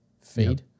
feed